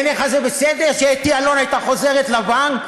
בעיניך זה בסדר שאתי אלון הייתה חוזרת לבנק